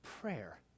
Prayer